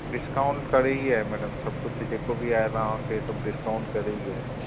discount करे ई आहे मैडम सभु कुझु जेको बि आहे तव्हांखे सभु डिस्काउंट करे ई आहे